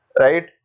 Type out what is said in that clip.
right